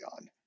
on